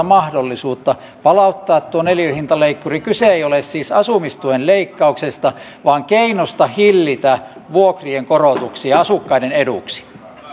mahdollisuutta palauttaa tuo neliöhintaleikkuri kyse ei ole siis asumistuen leikkauksesta vaan keinosta hillitä vuokrien korotuksia asukkaiden eduksi